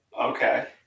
okay